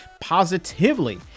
positively